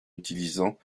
utilisant